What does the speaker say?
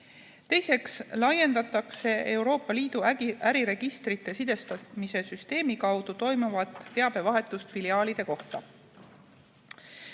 Teiseks laiendatakse Euroopa Liidu äriregistrite sidestamise süsteemi kaudu toimuvat teabevahetust filiaalide kohta.